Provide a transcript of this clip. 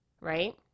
Right